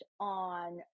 on